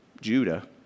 Judah